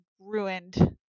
ruined